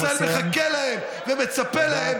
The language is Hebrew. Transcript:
שעם ישראל מחכה ומצפה להם.